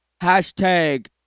Hashtag